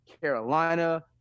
Carolina